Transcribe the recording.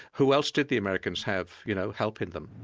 who else did the americans have you know helping them?